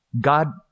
God